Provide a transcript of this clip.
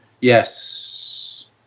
Yes